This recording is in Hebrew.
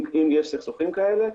אם יש סכסוכים כאלה.